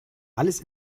alles